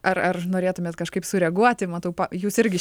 ar ar norėtumėte kažkaip sureaguoti matau jūs irgi